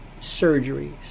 surgeries